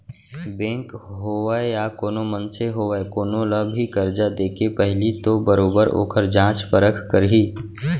bank होवय या कोनो मनसे होवय कोनो ल भी करजा देके पहिली तो बरोबर ओखर जाँच परख करही